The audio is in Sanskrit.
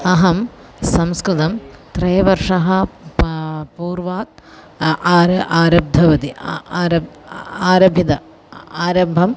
अहं संस्कृतं त्रयवर्षः प पूर्वात् आर आरब्धवती आरब् आरभ्य आरम्भं